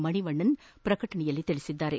ಮಣಿವಣ್ಣನ್ ಪ್ರಕಟಣೆಯಲ್ಲಿ ತಿಳಿಸಿದ್ದಾರೆ